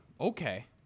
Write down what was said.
Okay